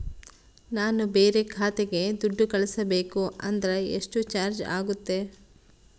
ನಾನು ಬೇರೆ ಖಾತೆಗೆ ದುಡ್ಡು ಕಳಿಸಬೇಕು ಅಂದ್ರ ಎಷ್ಟು ಚಾರ್ಜ್ ಆಗುತ್ತೆ?